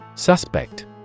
Suspect